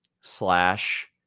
slash